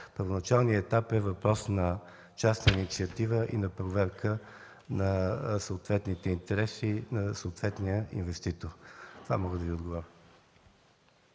Първоначалният етап е въпрос на частна инициатива и на проверка на съответните интереси на дадения инвеститор. Това мога да Ви отговоря.